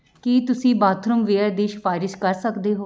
ਕੀ ਤੁਸੀਂ bathroom ware ਦੀ ਸਿਫਾਰਸ਼ ਕਰ ਸਕਦੇ ਹੋ